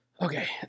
Okay